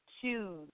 choose